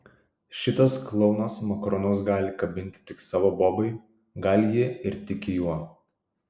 šitas klounas makaronus gali kabinti tik savo bobai gal ji ir tiki juo